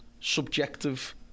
subjective